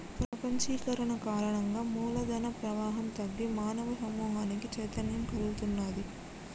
ప్రపంచీకరణ కారణంగా మూల ధన ప్రవాహం తగ్గి మానవ సమూహానికి చైతన్యం కల్గుతున్నాది